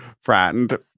friend